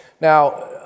Now